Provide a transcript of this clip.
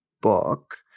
book